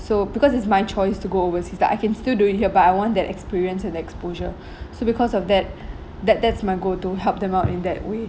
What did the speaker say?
so because it's my choice to go overseas like I can still do it here but I want that experience and exposure so because of that that that's my goal to help them out in that way